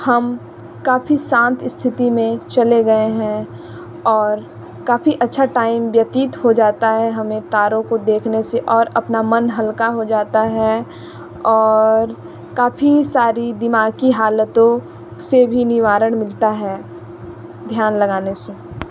हम काफ़ी शांत स्थिति में चले गए हैं और काफी अच्छा टाइम व्यतित हो जाता है हमें तारों को देखने से और अपना मन हल्का हो जाता है और काफ़ी सारी दिमाग की हालातों से भी निवारण मिलता है ध्यान लगाने से